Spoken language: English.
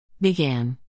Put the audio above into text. began